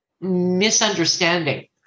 misunderstanding